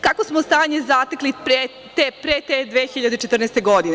Kako smo stanje zatekli pre te 2014. godine?